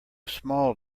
small